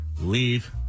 leave